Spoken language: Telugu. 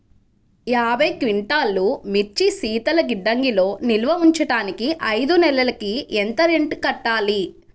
యాభై క్వింటాల్లు మిర్చి శీతల గిడ్డంగిలో నిల్వ ఉంచటానికి ఐదు నెలలకి ఎంత రెంట్ కట్టాలి?